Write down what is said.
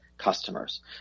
customers